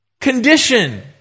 condition